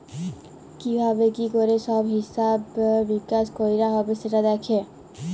কি ভাবে কি ক্যরে সব হিছাব মিকাশ কয়রা হ্যবে সেটা দ্যাখে